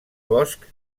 bosc